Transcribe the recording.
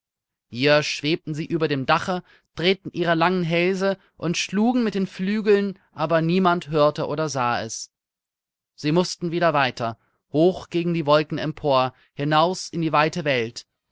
hier schwebten sie über dem dache drehten ihre langen hälse und schlugen mit den flügeln aber niemand hörte oder sah es sie mußten wieder weiter hoch gegen die wolken empor hinaus in die weite welt